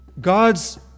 God's